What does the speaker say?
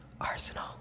Arsenal